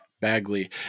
Bagley